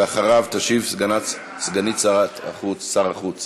אחריו תשיב סגנית שר החוץ